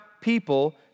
people